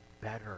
better